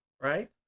right